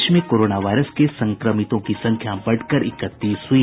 देश में corona virus के संक्रमितों की संख्या बढ़कर इकतीस हई